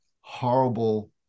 horrible